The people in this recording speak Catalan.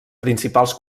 principals